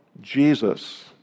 Jesus